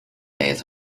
days